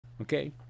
okay